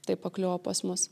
taip pakliuvo pas mus